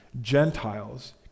Gentiles